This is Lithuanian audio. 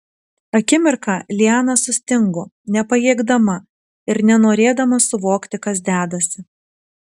akimirką liana sustingo nepajėgdama ir nenorėdama suvokti kas dedasi